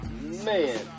Man